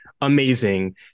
amazing